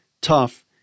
tough